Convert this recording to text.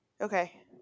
Okay